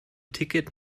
ticket